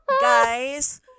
Guys